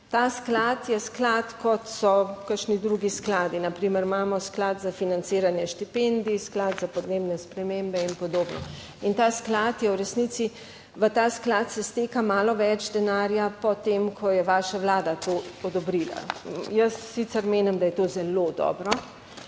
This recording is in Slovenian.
Ta sklad je sklad, kot so kakšni drugi skladi, na primer, imamo sklad za financiranje štipendij, sklad za podnebne spremembe in podobno, in ta sklad je v resnici, v ta sklad se steka malo več denarja po tem, ko je vaša vlada to odobrila. Jaz sicer menim, da je to zelo dobro